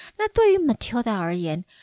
那对于Matilda而言